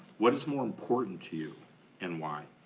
what is more important to you and why?